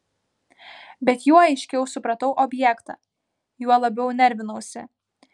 bet juo aiškiau supratau objektą juo labiau nervinausi